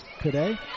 today